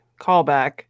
callback